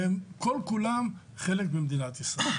והם כל כולם חלק ממדינת ישראל.